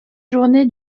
journée